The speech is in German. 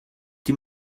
die